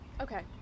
Okay